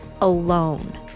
alone